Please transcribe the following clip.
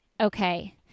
okay